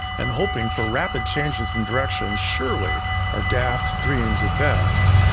and hoping for rapid changes in direction surely are daft dreams at best.